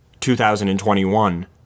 2021